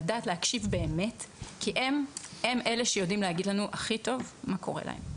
לדעת להקשיב באמת כי הם אלה שיודעים להגיד לנו הכי טוב מה קורה להם.